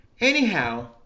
anyhow